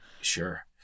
Sure